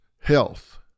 health